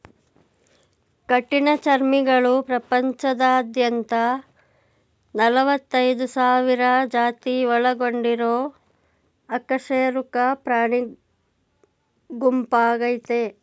ಕಠಿಣಚರ್ಮಿಗಳು ಪ್ರಪಂಚದಾದ್ಯಂತ ನಲವತ್ತೈದ್ ಸಾವಿರ ಜಾತಿ ಒಳಗೊಂಡಿರೊ ಅಕಶೇರುಕ ಪ್ರಾಣಿಗುಂಪಾಗಯ್ತೆ